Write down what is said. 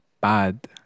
bad